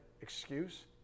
excuse